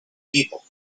people